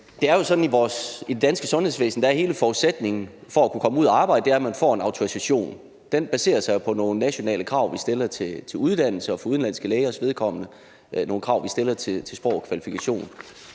i det danske sundhedsvæsen, at hele forudsætningen for at kunne komme ud og arbejde er, at man får en autorisation. Den baserer sig på nationale krav, vi stiller til uddannelse, og for udenlandske lægers vedkommende baserer den sig på nogle krav, vi stiller til sprog og kvalifikationer.